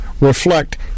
reflect